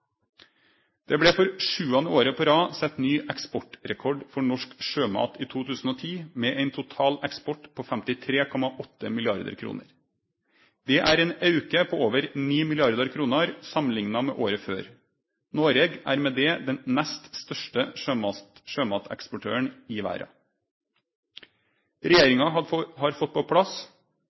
Det blei for sjuande året på rad sett ny eksportrekord for norsk sjømat i 2010 med ein total eksport på 53,8 mrd. kr. Det er ein auke på over 9 mrd. kr samanlikna med året før. Noreg er med det den nest største sjømateksportøren i verda. Regjeringa har fått på plass